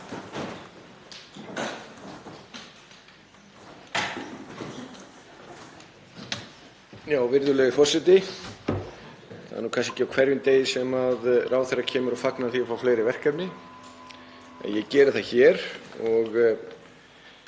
Virðulegi forseti. Það er nú kannski ekki á hverjum degi sem ráðherra kemur og fagnar því að fá fleiri verkefni en ég geri það hér og